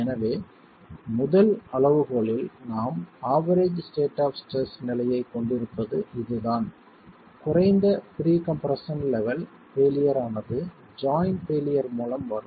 எனவே முதல் அளவுகோலில் நாம் ஆவெரேஜ் ஸ்டேட் ஆப் ஸ்ட்ரெஸ் நிலையைக் கொண்டிருப்பது இதுதான் குறைந்த ப்ரீ கம்ப்ரெஸ்ஸன் லெவல் பெயிலியர் ஆனது ஜாய்ண்ட் பெயிலியர் மூலம் வரும்